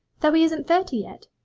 though he isn't thirty yet.